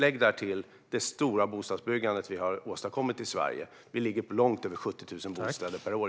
Lägg därtill: Det stora bostadsbyggandet som vi har åstadkommit i Sverige ligger just nu långt över 70 000 bostäder per år.